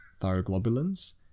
thyroglobulins